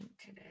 today